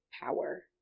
power